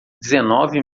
dezenove